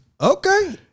Okay